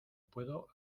puedo